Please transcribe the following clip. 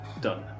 done